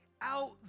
out